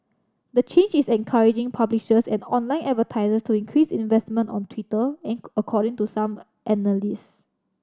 the change is encouraging publishers and online advertiser to increase investment on Twitter according to some analyst